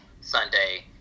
Sunday